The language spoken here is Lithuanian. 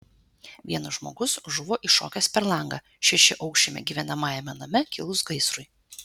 vienas žmogus žuvo iššokęs per langą šešiaaukščiame gyvenamajame name kilus gaisrui